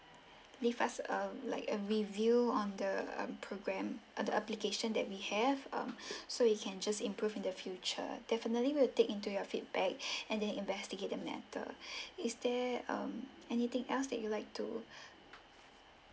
leave us uh like a review on the program {ah] the application that we have um so you can just improve in their future definitely we will take into your feedback and then investigate the matter is there um anything else that you like to